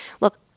Look